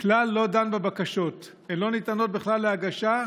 כלל לא דן בבקשות, הן לא ניתנות בכלל להגשה,